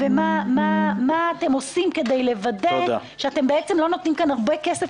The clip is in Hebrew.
ומה אתם עושים כדי לוודא שאינכם נותנים הרבה כסף